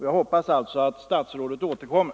Jag hoppas alltså att statsrådet återkommer.